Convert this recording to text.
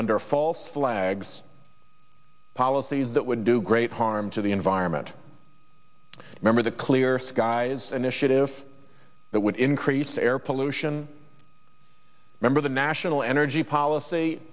under false flags policies that would do great harm to the environment remember the clear skies initiative that would increase air pollution remember the national energy policy